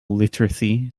literacy